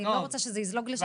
ואני לא רוצה שזה יזלוג לשם.